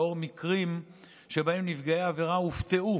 לאור מקרים שבהם נפגעי עבירה הופתעו